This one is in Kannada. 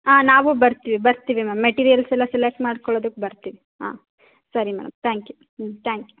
ಆಂ ನಾವೂ ಬರ್ತೀವಿ ಬರ್ತೀವಿ ಮ್ಯಾಮ್ ಮೆಟೀರಿಯಲ್ಸೆಲ್ಲ ಸೆಲೆಕ್ಟ್ ಮಾಡ್ಕೊಳದಕ್ಕೆ ಬರ್ತೀವಿ ಹಾಂ ಸರಿ ಮೇಡಮ್ ತ್ಯಾಂಕ್ ಯು ಹ್ಞೂ ತ್ಯಾಂಕ್ ಯು